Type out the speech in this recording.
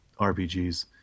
RPGs